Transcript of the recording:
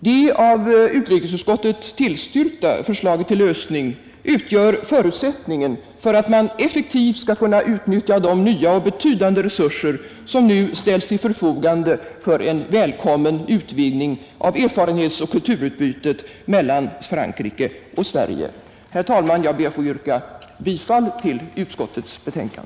Det av utrikesutskottet tillstyrkta förslaget till lösning utgör förutsättningen för att man effektivt skall kunna utnyttja de nya och betydande resurser som nu ställs till förfogande för en välkommen utvidgning av erfarenhetsoch kulturutbytet mellan Frankrike och Sverige. Herr talman! Jag ber att få yrka bifall till utskottets hemställan.